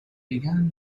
began